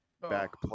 Back